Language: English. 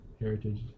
heritage